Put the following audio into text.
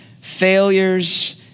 failures